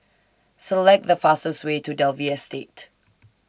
Select The fastest Way to Dalvey Estate